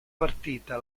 partita